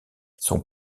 son